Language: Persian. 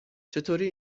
چطوری